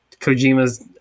Kojima's